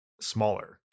smaller